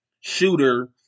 shooter